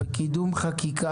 בקידום חקיקה,